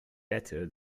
better